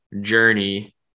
journey